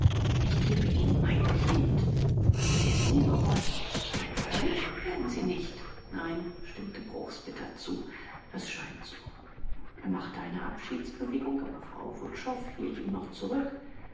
ich gebe ihnen mein kind mögen sie es nie bereuen mein freund werden sie nicht nein stimmte bruchs bitter zu es scheint so er machte eine abschiedsbewegung aber frau wutschow hielt ihn noch zurück